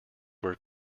were